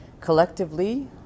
collectively